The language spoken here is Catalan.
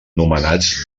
nomenats